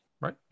right